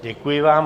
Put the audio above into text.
Děkuji vám.